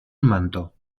manto